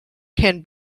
can